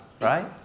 right